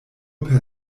per